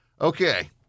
Okay